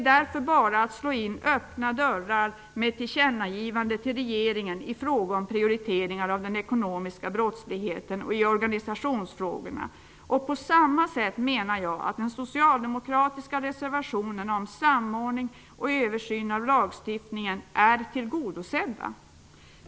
Därför vore ett tillkännagivande till regeringen i fråga om prioriteringar av den ekonomiska brottsligheten och organisationsfrågorna som att slå in öppna dörrar. På samma sätt menar jag att den socialdemokratiska reservationen om samordning och översyn av lagstiftningen är tillgodosedd.